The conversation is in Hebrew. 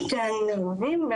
נותן לעובדים,